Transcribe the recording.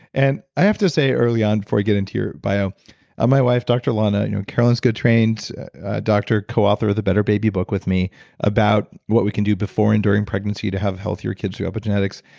and i have to say early on before we get into your bio ah my wife, dr. lana, you know caroline's good trained doctor, co author of the better baby book with me about what we can do before and during pregnancy to have healthier kids who help with but genetics.